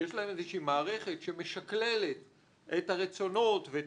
יש להם איזושהי מערכת שמשכללת את הרצונות ואת